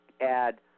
add